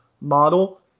model